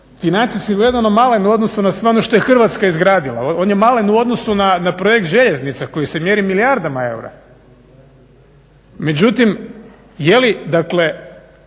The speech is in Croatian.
financijski gledano malen u odnosu na sve što je Hrvatska izgradila, on je malen u odnosu na projekt željeznica koji se mjeri milijardama eura. Međutim, je li, dakle